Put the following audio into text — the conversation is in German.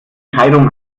scheidung